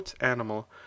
animal